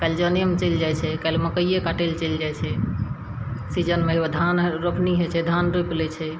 काल्हि जोनेमे चलि जाइ छै काल्हि मकइये काटय लए चलि जाइ छै सीजनमे एक बेर धान रोपनी होइ छै धान रोपि लै छै